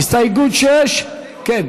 הסתייגות 6 כן?